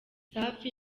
safi